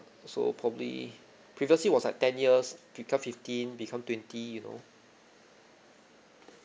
so probably previously was like ten years become fifteen become twenty you know